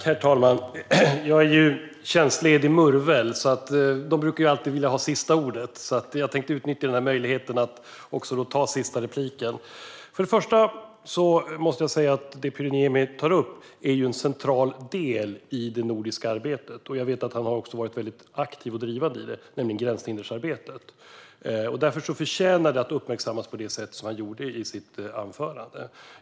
Herr talman! Jag är ju tjänstledig murvel. Vi brukar alltid vilja ha sista ordet, så jag tänkte utnyttja möjligheten att ta sista repliken. Det första jag vill säga är att gränshinderarbetet, som Pyry Niemi tar upp och som jag vet att han har varit aktiv och drivande i, är en central del i det nordiska arbetet. Därför förtjänar det att uppmärksammas på det sätt som han gjorde i sitt anförande.